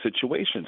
situations